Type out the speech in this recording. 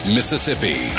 Mississippi